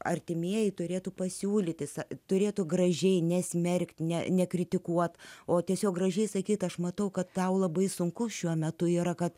artimieji turėtų pasiūlyti sau turėtų gražiai nesmerkti ne nekritikuoti o tiesiog gražiai sakyti aš matau kad tau labai sunku šiuo metu yra kad